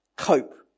Cope